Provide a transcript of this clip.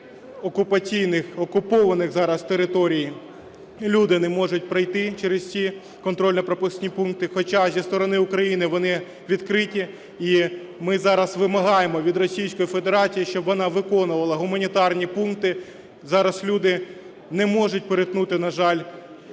сторони окупаційних… окупованих зараз територій, люди не можуть пройти через ці контрольно-пропускні пункти, хоча зі сторони України вони відкриті, і ми зараз вимагаємо від Російської Федерації, щоб вона виконувала гуманітарні пункти. Зараз люди не можуть перетнути, на жаль, кордон